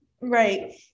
right